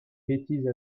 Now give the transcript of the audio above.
bétises